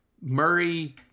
murray